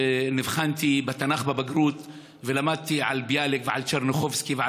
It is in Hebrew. נבחנתי בתנ"ך בבגרות ולמדתי על ביאליק ועל טשרניחובסקי ועל